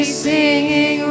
singing